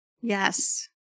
Yes